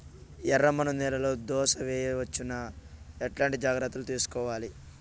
ఎర్రమన్ను నేలలో దోస వేయవచ్చునా? ఎట్లాంటి జాగ్రత్త లు తీసుకోవాలి?